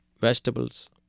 vegetables